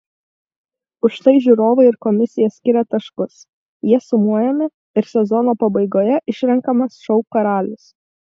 už tai žiūrovai ir komisija skiria taškus jie sumojami ir sezono pabaigoje išrenkamas šou karalius